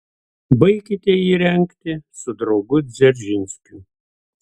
baikite jį rengti su draugu dzeržinskiu